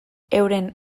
euren